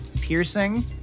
piercing